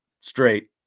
straight